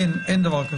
אין דבר כזה?